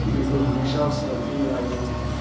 میرے کو ہمیشہ اس لڑکی کی یاد آ رہی تھی